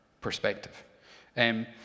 perspective